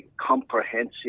comprehensive